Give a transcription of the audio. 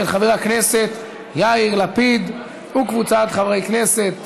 של חבר הכנסת יאיר לפיד וקבוצת חברי הכנסת.